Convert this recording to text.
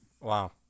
wow